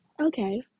Okay